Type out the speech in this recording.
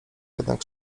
jednak